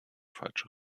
falsche